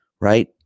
Right